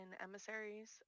emissaries